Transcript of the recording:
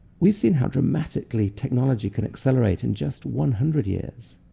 we've seen how dramatically technology can accelerate in just one hundred years.